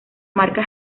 marca